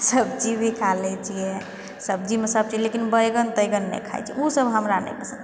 सब चीज खा लै छियै सब्जीमे सब चीज लेकिन बैगन तैगन नहि खाय छी ओ सब हमरा नहि